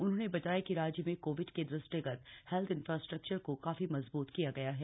उन्होंने बताया कि राज्य में कोविड के दृष्टिगत हैल्थ इन्फ्रास्ट्रक्चर को काफी मजबूत किया गया है